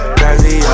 crazy